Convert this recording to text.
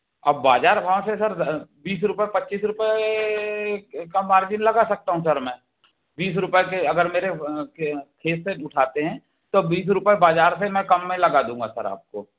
अब बाजार भाव से सर बीस रुपए पच्चीस रुपए का मार्जिन लगा सकता हूँ सर मैं बीस रुपए के अगर मेरे खेत से उठाते हैं तो बीस रुपए बाजार से मैं कम में लगा दूँगा सर आपको